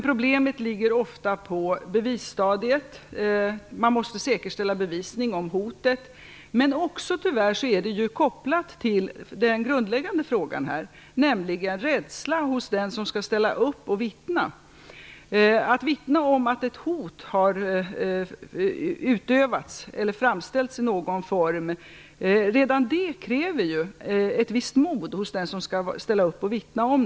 Problemet ligger ofta på bevisstadiet; man måste säkerställa bevisning om hotet. Här finns också en koppling till den grundläggande frågan, nämligen rädslan hos den som skall ställa upp och vittna. Redan detta att vittna om att ett hot har framställts i någon form kräver ju ett visst mod.